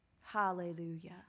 Hallelujah